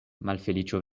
malfeliĉo